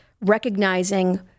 recognizing